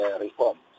reforms